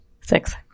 Six